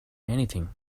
anything